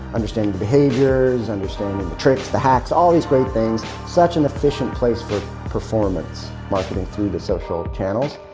understanding behaviors, understanding the tricks, the hacks, all these great things such an efficient place for performance marketing through the social channels.